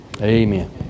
Amen